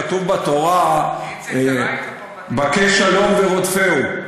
כתוב בתורה "בקש שלום ורודפהו".